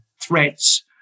threats